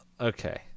Okay